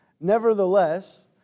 Nevertheless